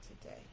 today